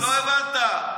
לא הבנת.